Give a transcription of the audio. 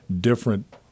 different